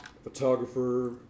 photographer